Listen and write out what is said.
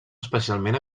especialment